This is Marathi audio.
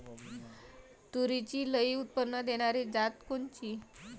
तूरीची लई उत्पन्न देणारी जात कोनची?